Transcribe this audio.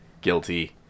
guilty